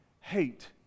hate